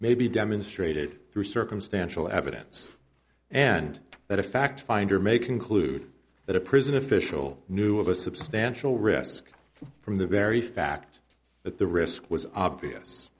may be demonstrated through circumstantial evidence and that a fact finder may conclude that a prison official knew of a substantial risk from the very fact that the risk was obvious